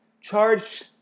charge